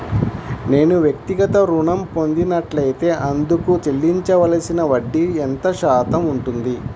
నేను వ్యక్తిగత ఋణం పొందినట్లైతే అందుకు చెల్లించవలసిన వడ్డీ ఎంత శాతం ఉంటుంది?